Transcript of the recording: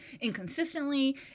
inconsistently